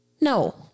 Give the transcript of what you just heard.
No